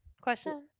question